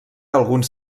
alguns